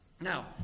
Now